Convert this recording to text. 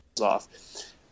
off